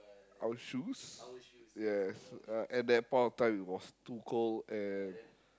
our shoes yes at that point of time it was too cold and